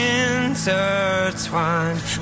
intertwined